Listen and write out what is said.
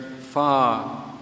far